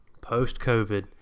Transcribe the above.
post-COVID